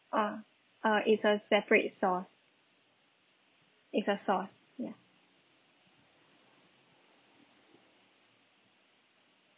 uh uh it's a separate sauce it's the sauce ya